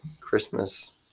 Christmas